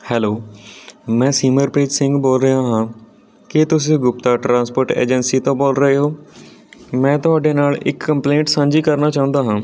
hello ਮੈਂ ਸਿਮਰਪ੍ਰੀਤ ਸਿੰਘ ਬੋਲ ਰਿਹਾ ਹਾਂ ਕੀ ਤੁਸੀਂ ਗੁਪਤਾ ਟਰਾਂਸਪੋਰਟ ਏਜੰਸੀ ਤੋਂ ਬੋਲ ਰਹੇ ਹੋ ਮੈਂ ਤੁਹਾਡੇ ਨਾਲ ਇੱਕ ਕੰਪਲੇਂਟ ਸਾਂਝੀ ਕਰਨਾ ਚਾਹੁੰਦਾ ਹਾਂ